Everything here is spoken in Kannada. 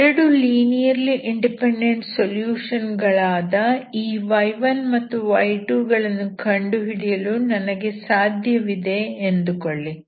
2 ಲೀನಿಯರ್ಲಿ ಇಂಡಿಪೆಂಡೆಂಟ್ ಸೊಲ್ಯೂಷನ್ ಗಳಾದ ಈ y1 ಮತ್ತು y2 ಗಳನ್ನು ಕಂಡು ಹಿಡಿಯಲು ನನಗೆ ಸಾಧ್ಯವಿದೆ ಎಂದುಕೊಳ್ಳಿ